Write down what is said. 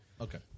okay